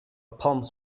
palms